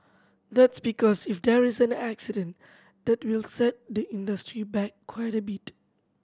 that's because if there is an accident that will set the industry back quite a bit